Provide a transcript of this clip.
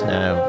now